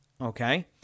okay